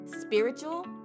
spiritual